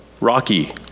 rocky